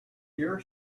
your